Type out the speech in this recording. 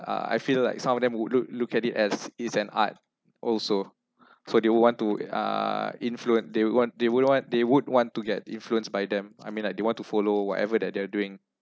uh I feel like some of them would look look at it as it's an art also so they will want to uh influence they want they wouldn't want they would want to get influenced by them I mean like they want to follow whatever that they are doing